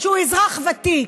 הוא אזרח ותיק,